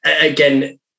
again